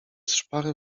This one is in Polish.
szparę